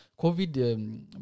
Covid